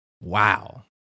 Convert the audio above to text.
Wow